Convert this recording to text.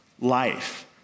Life